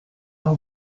who